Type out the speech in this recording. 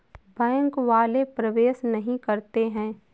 Bank वाले प्रवेश नहीं करते हैं?